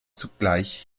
zugleich